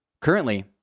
currently